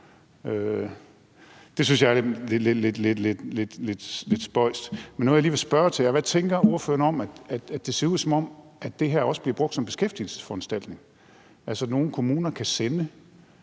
vil spørge til, er: Hvad tænker ordføreren om, at det ser ud, som om det her også bliver brugt som beskæftigelsesforanstaltning – altså at nogle kommuner kan sende